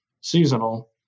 seasonal